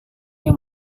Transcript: yang